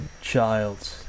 child